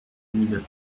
mille